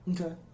okay